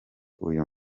uyu